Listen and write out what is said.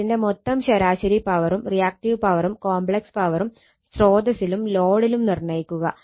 ഇതിന്റെ മൊത്തം ശരാശരി പവറും റിയാക്ടീവ് പവറും കോംപ്ലക്സ് പവറും സ്രോതസ്സിലും ലോഡിലും നിർണ്ണയിക്കുക